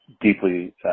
deeply